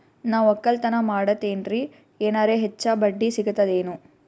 ನಾ ಒಕ್ಕಲತನ ಮಾಡತೆನ್ರಿ ಎನೆರ ಹೆಚ್ಚ ಬಡ್ಡಿ ಸಿಗತದೇನು?